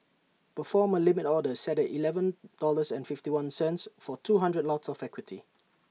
perform A limit order set at Eleven dollars and fifty one cents for two hundred lots of equity